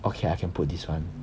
okay I can put this one